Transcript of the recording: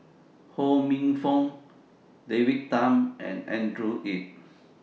Ho Minfong David Tham and Andrew Yip